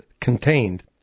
contained